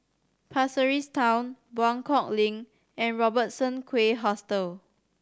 Pasir Ris Town Buangkok Link and Robertson Quay Hostel